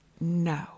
no